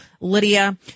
Lydia